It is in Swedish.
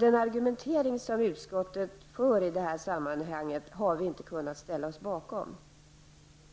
Den argumentering som utskottet anför i det här sammanhanget har vi inte kunnat ställa oss bakom.